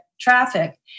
traffic